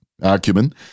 acumen